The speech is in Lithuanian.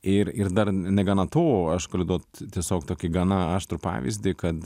ir ir dar negana to aš galiu duot tiesiog tokį gana aštrų pavyzdį kad